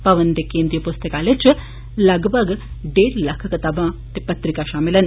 भवन दे केंद्रीय पुस्तकालय च लगभग डेढ़ लक्ख कताबां पत्रिकां भाामल न